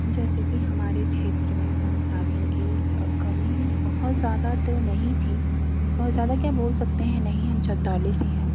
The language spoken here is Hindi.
जैसे कि हमारे क्षेत्र में संसाधन की कमी बहुत ज़्यादा तो नहीं थी बहुत ज़्यादा क्या बोल सकते हैं नहीं हम चन्दौली से हैं